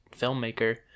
filmmaker